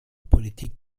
politik